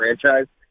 franchise